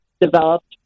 developed